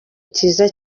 cyiza